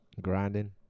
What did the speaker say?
grinding